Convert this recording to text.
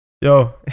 Yo